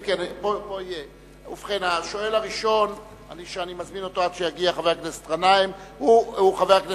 אני קובע שהצעת ועדת הכנסת לתיקון תקנון הכנסת